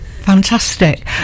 fantastic